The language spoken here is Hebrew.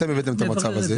אתם הבאתם את המצב הזה,